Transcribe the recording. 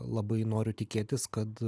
labai noriu tikėtis kad